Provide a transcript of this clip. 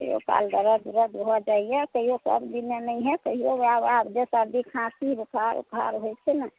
कहियोकाल दरद उरद भऽ जाइया कहियोकाल दिन मे नहिये कहियो आर आर सर्दी खाँसी बोखर होई छै ने